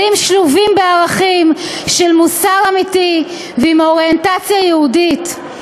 כלים שלובים בערכים של מוסר אמיתי ועם אוריינטציה יהודית.